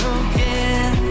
again